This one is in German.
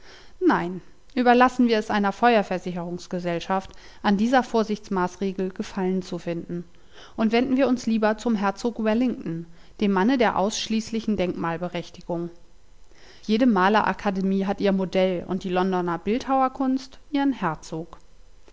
nein überlassen wir es einer feuer versicherungs gesellschaft an dieser vorsichtsmaßregel gefallen zu finden und wenden wir uns lieber zum herzog wellington dem manne der ausschließlichen denkmalberechtigung jede malerakademie hat ihr modell und die londoner bildhauerkunst ihren herzog